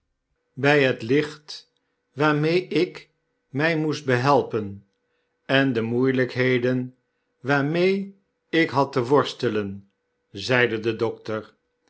by het licht waarmee ik my moest behelpen en de moeielykheden waarmee ik had te worstelen zeide de dokter